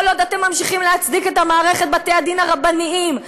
כל עוד אתם ממשיכים להצדיק את מערכת בתי-הדין הרבניים,